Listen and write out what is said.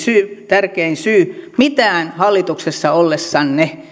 tärkein syy hallituksessa ollessanne